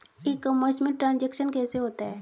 ई commerce में transaction कैसे होता है?